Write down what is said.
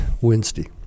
Wednesday